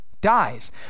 dies